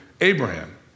Abraham